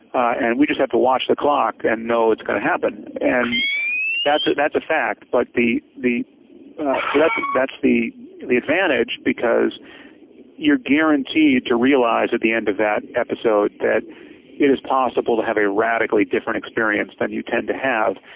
and we just have to watch the clock and know it's going to happen. and that's ah that's a fact. but so that's that's the the advantage because you're guaranteed to realize at the end of that episode that it is possible to have a radically different experience than you tend to have.